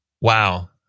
Wow